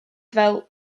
fel